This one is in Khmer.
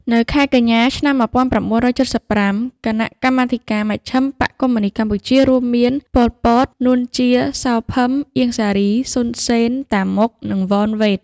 នៅខែកញ្ញា ឆ្នាំ១៩៧៥ គណៈកម្មាធិការមជ្ឈិមបក្សកុម្មុយនីស្តកម្ពុជារួមមាន ប៉ុល ពត នួន ជា សោ ភឹម អៀង សារី សុន សេន តាម៉ុក និង វន វ៉េត។